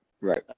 Right